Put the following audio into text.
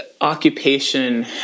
occupation